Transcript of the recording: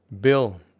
Bill